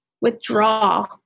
withdraw